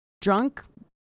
drunk